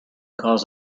cause